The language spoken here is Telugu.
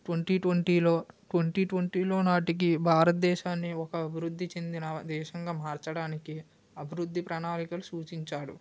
ట్వంటీలో ట్వంటీలో నాటికి భారతదేశాన్ని ఒక అభివృద్ధి చెందిన దేశంగా మార్చడానికి అభివృద్ధి ప్రణాళికలు సూచించాడు